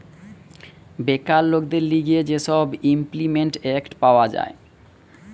বেকার লোকদের লিগে যে সব ইমল্পিমেন্ট এক্ট পাওয়া যায়